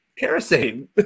Kerosene